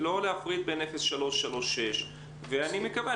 לא להפריד בין אפס-שלוש ושלוש-שש, ואני מקווה.